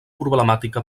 problemàtica